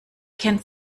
kennt